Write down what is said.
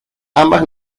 ambas